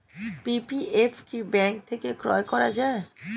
PPF কি bank থেকে ক্রয় করা যায়?